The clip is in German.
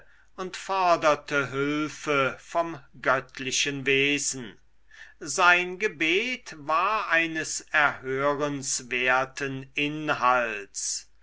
und forderte hülfe vom göttlichen wesen sein gebet war eines erhörenswerten inhalts